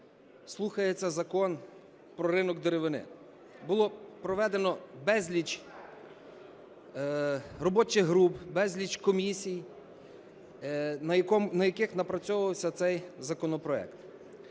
слухається Закон про ринок деревини. Було проведено безліч робочих груп, безліч комісій, на яких напрацьовувався цей законопроект.